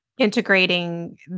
integrating